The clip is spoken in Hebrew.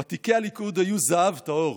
ותיקי הליכוד היו זהב טהור,